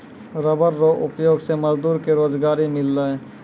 rubber रो उपयोग से मजदूर के रोजगारी मिललै